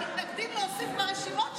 פקידי האוצר מתנגדים להוסיף ברשימות שם.